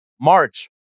March